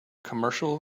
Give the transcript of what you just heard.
commercial